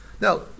Now